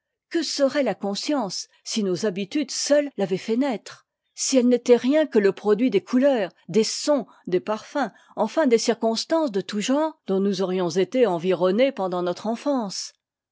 que serait la conscience si nos habitudes seules l'avaient fait naître si elle n'était rien que le produit des couleurs des sons des parfums enfin des circonstances de tout genre dont nous aurions été environnés pendant notre enfance